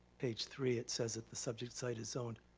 page three. it says that the subject site is zoned.